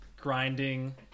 grinding